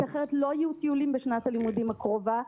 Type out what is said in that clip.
כי אחרת לא יהיו טיולים בשנת הלימודים הקרובה.